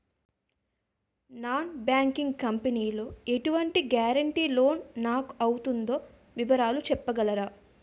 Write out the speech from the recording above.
Non banking company లో ఎటువంటి guarantee loan నాకు అవుతుందో వివరాలు చెప్పగలరా?